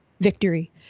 victory